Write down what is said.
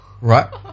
Right